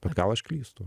bet gal aš klystu